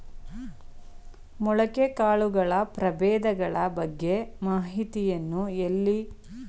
ಮೊಳಕೆ ಕಾಳುಗಳ ಪ್ರಭೇದಗಳ ಬಗ್ಗೆ ಮಾಹಿತಿಯನ್ನು ಎಲ್ಲಿ ಪಡೆಯಬೇಕು?